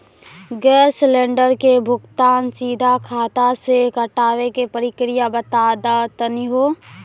Gas cylinder के भुगतान सीधा खाता से कटावे के प्रक्रिया बता दा तनी हो?